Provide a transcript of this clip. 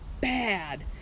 bad